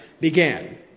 began